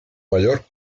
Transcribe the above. mayor